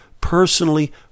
personally